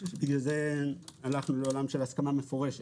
לכן הלכנו לעולם של הסכמה מפורשת.